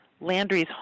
Landry's